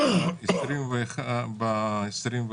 וב-2021,